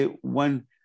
one